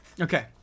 Okay